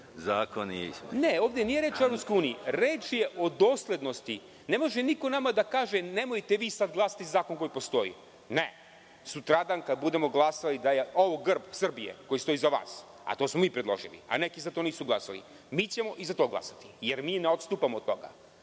Nije reč o EU, reč je o doslednosti. Ne može niko nama da kaže – nemojte vi sad glasati za zakon koji postoji. Sutradan kad budemo glasali da je ovo grb Srbije, koji stoji iza vas, a to smo mi predložili, neki za to nisu glasali, mi ćemo i za to glasati, jer mi ne odstupamo od toga.